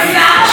תקריא,